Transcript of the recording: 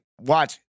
watch